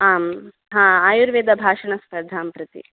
आम् हा आयुर्वेदभाषणस्पर्धां प्रति